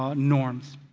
um norms.